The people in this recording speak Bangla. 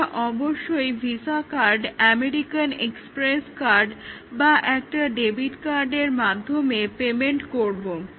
আমরা অবশ্যই Visa card American Express card বা একটা ডেবিট কার্ডের মাধ্যমে পেমেন্ট করবো